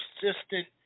persistent